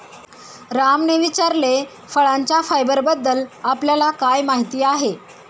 रामने विचारले, फळांच्या फायबरबद्दल आपल्याला काय माहिती आहे?